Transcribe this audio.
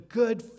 good